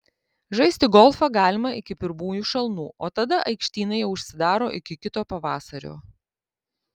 žaisti golfą galima iki pirmųjų šalnų o tada aikštynai jau užsidaro iki kito pavasario